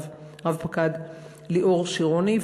רב-פקד ליאור שירוני.